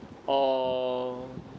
or